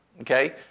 Okay